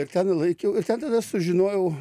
ir ten laikiau ir tada sužinojau